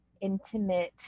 intimate